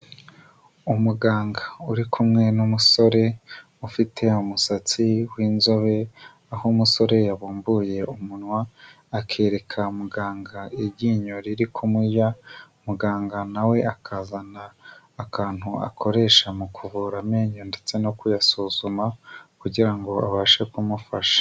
Umuganga uri kumwe n'umusore ufite umusatsi w'inzobe aho umusore yabumbuye umunwa akereka muganga iryinyo riri kumuya, muganga nawe we akazana akantu akoresha mu kuvura amenyo ndetse no kuyasuzuma kugira ngo abashe kumufasha.